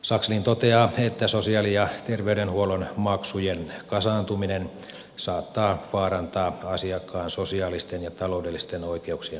sakslin toteaa että sosiaali ja terveydenhuollon maksujen kasaantuminen saattaa vaarantaa asiakkaan sosiaalisten ja taloudellisten oikeuksien toteutumisen